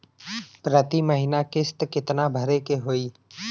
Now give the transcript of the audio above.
प्रति महीना किस्त कितना भरे के होई?